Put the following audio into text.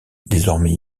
désormais